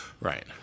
Right